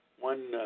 one